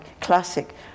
classic